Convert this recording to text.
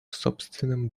собственном